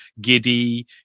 giddy